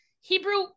Hebrew